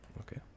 okay